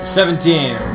Seventeen